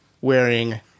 wearing